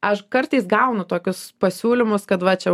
aš kartais gaunu tokius pasiūlymus kad va čia